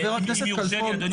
חבר הכנסת כלפון,